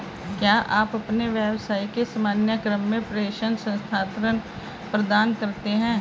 क्या आप अपने व्यवसाय के सामान्य क्रम में प्रेषण स्थानान्तरण प्रदान करते हैं?